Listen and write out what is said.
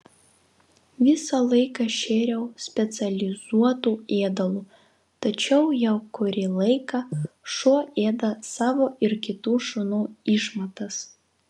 visą laiką šėriau specializuotu ėdalu tačiau jau kurį laiką šuo ėda savo ir kitų šunų išmatas